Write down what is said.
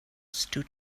stood